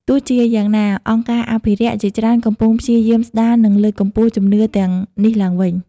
ទោះជាយ៉ាងណា អង្គការអភិរក្សជាច្រើនកំពុងព្យាយាមស្តារ និងលើកកម្ពស់ជំនឿទាំងនេះឡើងវិញ។